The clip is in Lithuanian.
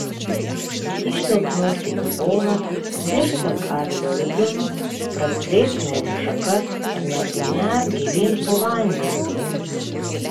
kyštelk nosį į olą dirstelk avilio vidun praskleisk medžių šakas ar netgi nerk gilyn po vandeniu